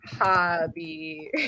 hobby